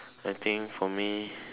I think for me